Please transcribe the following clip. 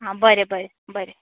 हा बरें बरें बरें